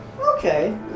Okay